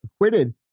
acquitted